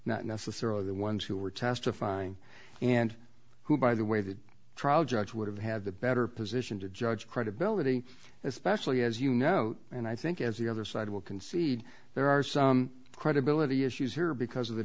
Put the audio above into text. not necessarily the ones who were testifying and who by the way the trial judge would have had the better position to judge credibility especially as you know and i think as the other side will concede there are some credibility issues here because of the